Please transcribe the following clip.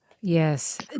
Yes